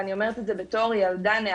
ואני אומרת את זה בתור נערה,